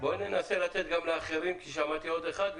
בואי ננסה לתת גם לאחרים כי שמעתי עוד אחד,